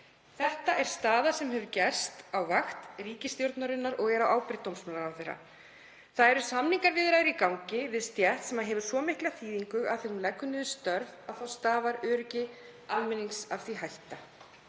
Þetta er staða sem hefur orðið til á vakt ríkisstjórnarinnar og er á ábyrgð dómsmálaráðherra. Það eru samningaviðræður í gangi við stétt sem hefur svo mikla þýðingu að þegar hún leggur niður störf þá stafar öryggi almennings af því hætta.